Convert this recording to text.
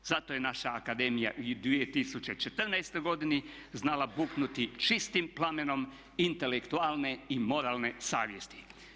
Zato je naša akademija i u 2014. godini znala buknuti čistim plamenom intelektualne i moralne savjesti.